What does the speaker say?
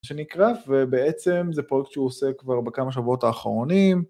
שנקרף ובעצם זה פרויקט שהוא עושה כבר בכמה שבועות האחרונים